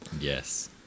yes